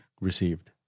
received